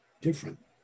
different